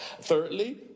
Thirdly